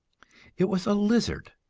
it was a lizard,